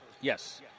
Yes